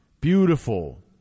beautiful